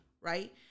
Right